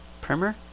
Primer